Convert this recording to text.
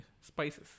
Spices